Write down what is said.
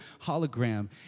hologram